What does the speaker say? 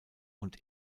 und